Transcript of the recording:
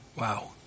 Wow